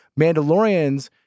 Mandalorians